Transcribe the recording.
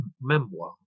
memoir